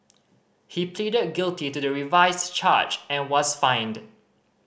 he pleaded guilty to the revised charge and was fined